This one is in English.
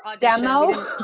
demo